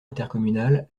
intercommunale